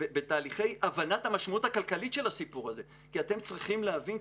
בתהליכי הבנת המשמעות הכלכלית של הסיפור הזה כי אתם צריכים להבין,